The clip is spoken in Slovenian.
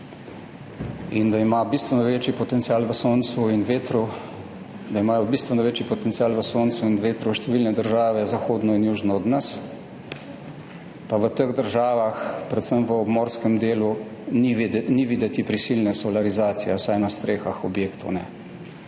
in da imajo bistveno večji potencial v soncu in vetru številne države zahodno in južno od nas, pa v teh državah, predvsem v obmorskem delu, ni videti prisilne solarizacije, vsaj na strehah objektov,